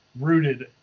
rooted